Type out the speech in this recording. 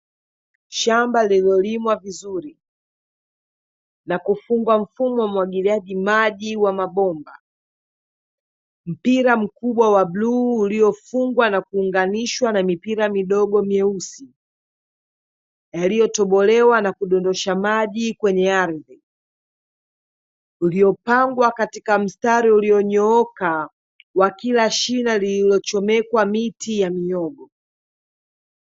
shamba lililolimwa vizuri na kufungwa mfumo waumwagiliaji maji wa mabomba, mpira mkubwa wa bluu uliofungwa nakuunganishwa na mipira midogo mweusi iliyotobolewa nakudondosha maji kwenye ardhi, iliyopangwa katika mistari uliyonyooka wa kila shina lililochomekwa miti ya mihogo.